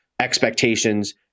expectations